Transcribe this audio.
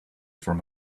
from